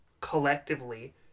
collectively